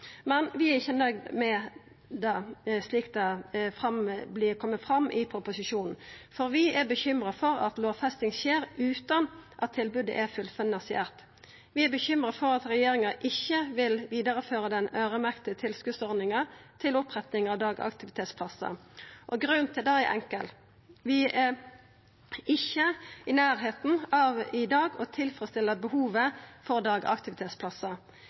Men vi er ikkje nøgde med det slik det kjem fram i proposisjonen, for vi er bekymra for at lovfesting skjer utan at tilbodet er fullfinansiert. Vi er bekymra for at regjeringa ikkje vil føra vidare den øyremerkte tilskotsordninga til oppretting av dagaktivitetsplassar. Grunnen til det er enkel: Vi er i dag ikkje i nærleiken av å tilfredsstilla behovet for dagaktivitetsplassar.